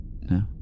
No